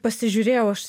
pasižiūrėjau aš